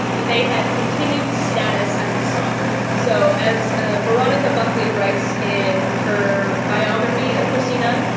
that they had continued to status as a sovereign. so as ah veronica buckley writes in her biography of kristina,